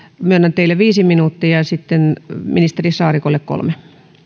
myönnän teille viisi minuuttia ja sitten ministeri saarikolle kolme minuuttia